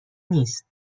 نیست